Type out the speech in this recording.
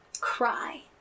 cry